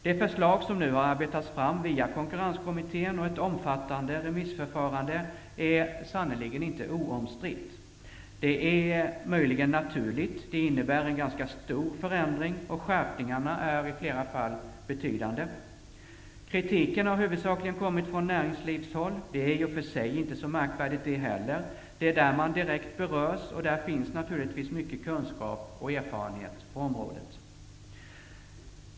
Det förslag som nu har arbetats fram via Konkurrenskommittén och ett omfattande remissförfarande är sannerligen inte oomstritt. Det är möjligen naturligt -- det innebär en ganska stor förändring, och skärpningarna är i flera fall betydande. Kritiken har huvudsakligen kommit från näringslivshåll. Det är heller i och för sig inte så märkvärdigt -- det är där man direkt berörs, och där finns naturligtvis mycket kunskap och erfarenhet på området.